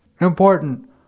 important